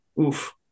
oof